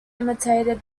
imitated